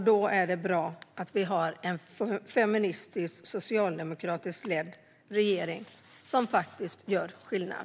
Då är det bra att vi har en feministisk, socialdemokratiskt ledd regering, som faktiskt gör skillnad.